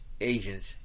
agents